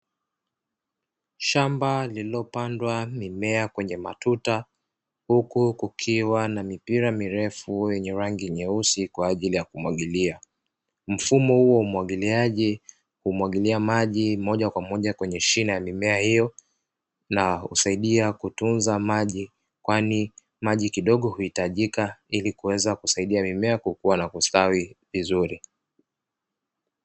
Shamba lililopandwa mimea kwenye matuta huku kukiwa na mipira mirefu yenye rangi nyeusi kwa ajili ya kumwagilia, mfumo huo wa umwagiliaji humwagia maji moja kwa moja kwenye shina ya mimea hiyo na husaidia kutunza maji kwani maji kidogo huitajika ili kuweza kusaidia mimea kukua na kustawi vizuri.